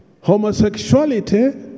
Homosexuality